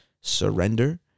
surrender